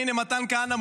הינה מתן כהנא,